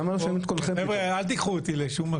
למה לא שמעו את קולכם?